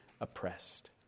oppressed